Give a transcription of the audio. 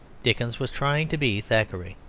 dickens was trying to be thackeray.